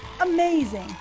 Amazing